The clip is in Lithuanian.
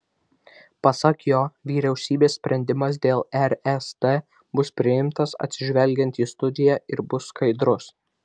pasak jo vyriausybės sprendimas dėl rst bus priimtas atsižvelgiant į studiją ir bus skaidrus